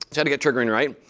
and had to get triggering right.